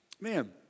Man